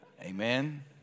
Amen